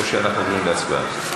או שאנחנו עוברים להצבעה?